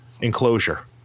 enclosure